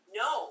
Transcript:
no